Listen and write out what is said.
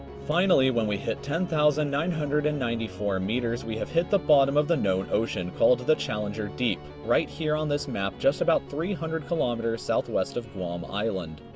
finally, when we hit ten thousand nine hundred and ninety four meters we have hit the bottom of the known ocean, called the challenger deep, right here on this map just about three hundred kilometers southwest of guam island.